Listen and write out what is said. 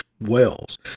wells